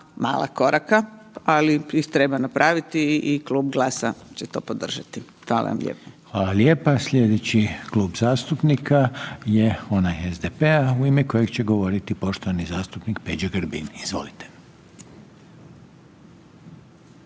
mala koraka, ali ih treba napraviti i klub GLAS-a će to podržati. Hvala vam lijepo. **Reiner, Željko (HDZ)** Hvala lijepa. Sljedeći klub zastupnika je onaj SDP-a u ime kojeg će govoriti poštovani zastupnik Peđa Grbin. Izvolite.